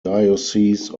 diocese